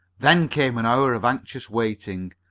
then came an hour of anxious waiting.